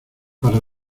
para